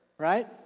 Right